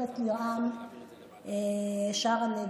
כל המדינה וגם כל כדור הארץ, ככל הנראה?